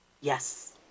Yes